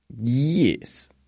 yes